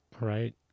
Right